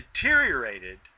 deteriorated